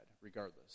regardless